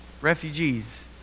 Refugees